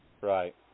Right